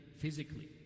physically